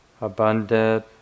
abundant